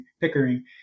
Pickering